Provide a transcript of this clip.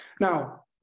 Now